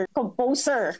composer